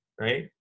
right